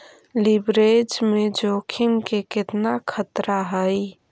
Leverage में जोखिम के केतना खतरा हइ?